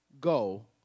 Go